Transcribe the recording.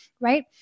Right